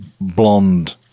blonde